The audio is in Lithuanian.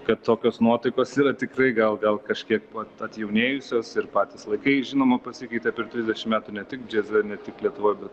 kad tokios nuotaikos yra tikrai gal gal kažkiek vat atjaunėjusios ir patys laikai žinoma pasikeitė per trisdešim metų ne tik džiaze ne tik lietuvoj bet